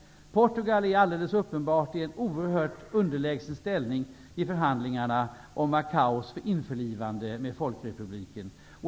Portugal är alldeles uppenbart i en oerhört underlägsen ställning i förhandlingarna om Macaos införlivande med folkrepubliken.